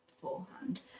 beforehand